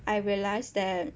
I realised that